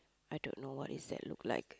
I dunno what is that looks like